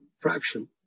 fraction